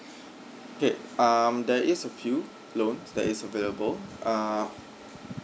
okay um there is a few loans that is available uh